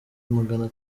magana